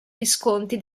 visconti